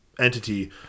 entity